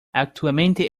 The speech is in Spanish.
actualmente